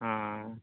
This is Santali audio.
ᱦᱮᱸ